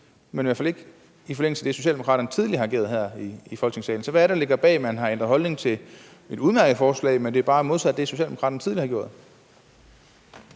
det hvert fald ikke er i forlængelse af det, Socialdemokraterne tidligere har givet udtryk for her i Folketingssalen? Hvad er det, der ligger bag, at man har ændret holdning på det her område? Det er et udmærket forslag, men det er bare det modsatte af, hvad Socialdemokraterne tidligere har gjort.